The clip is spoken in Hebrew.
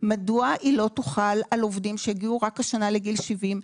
מדוע היא לא תוחל על עובדים שהגיעו רק השנה לגיל 70?